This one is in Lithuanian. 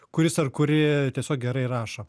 kuris ar kuri tiesiog gerai rašo